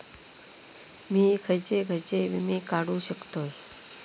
मी खयचे खयचे विमे काढू शकतय?